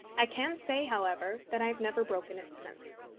i can say, however, that i have never broken it since.